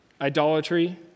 idolatry